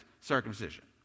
circumcision